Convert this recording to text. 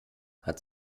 hat